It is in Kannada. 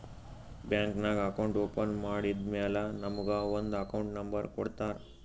ಬ್ಯಾಂಕ್ ನಾಗ್ ಅಕೌಂಟ್ ಓಪನ್ ಮಾಡದ್ದ್ ಮ್ಯಾಲ ನಮುಗ ಒಂದ್ ಅಕೌಂಟ್ ನಂಬರ್ ಕೊಡ್ತಾರ್